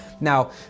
now